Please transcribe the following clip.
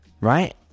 right